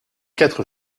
quatre